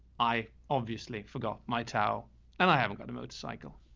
i obviously forgot my towel and i haven't got a motorcycle.